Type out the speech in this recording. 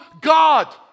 God